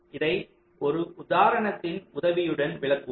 இதை ஒரு உதாரணத்தின் உதவியுடன் விளக்குவோம்